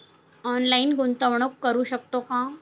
Online गुंतवणूक करू शकतो का?